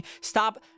stop